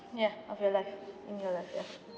your life yeah of your life in your life yeah